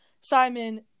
Simon